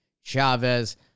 Chavez